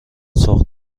سوق